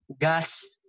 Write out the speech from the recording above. gas